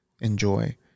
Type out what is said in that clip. enjoy